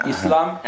Islam